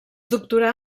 doctorà